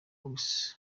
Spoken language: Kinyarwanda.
box